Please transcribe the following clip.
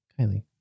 Kylie